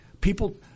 People